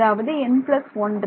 அதாவது n 1